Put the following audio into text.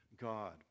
God